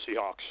Seahawks